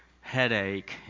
headache